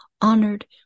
honored